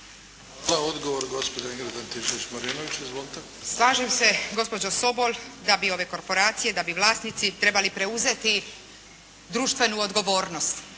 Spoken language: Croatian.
Izvolite. **Antičević Marinović, Ingrid (SDP)** Slažem se gospođo Sobol da bi ove korporacije, da bi vlasnici trebali preuzeti društvenu odgovornost.